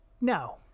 no